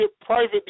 private